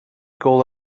gôl